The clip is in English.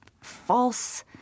false